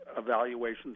Evaluations